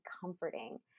comforting